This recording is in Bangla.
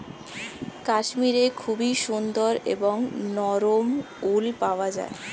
কাশ্মীরে খুবই সুন্দর এবং নরম উল পাওয়া যায়